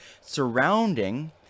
surrounding